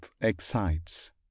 excites